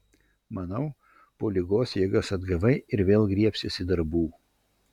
manau po ligos jėgas atgavai ir vėl griebsiesi darbų